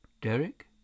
Derek